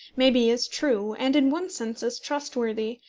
may be as true, and in one sense as trustworthy,